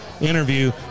interview